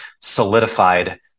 solidified